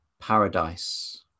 paradise